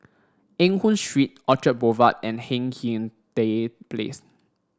Eng Hoon Street Orchard Boulevard and Hindhede Place